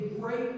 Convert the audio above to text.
great